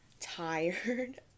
tired